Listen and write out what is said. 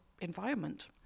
environment